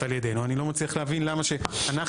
על ידנו אני לא מצליח להבין למה אנחנו,